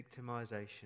victimization